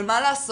אבל מה לעשות,